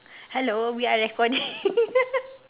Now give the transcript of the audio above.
hello we are recording